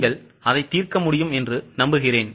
நீங்கள் அதை தீர்க்க முடியும் என்று நம்புகிறேன்